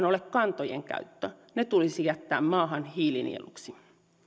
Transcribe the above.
ole kantojen käyttö ne tulisi jättää maahan hiilinieluksi